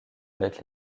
avec